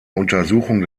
untersuchung